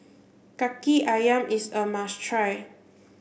Kaki Ayam is a must try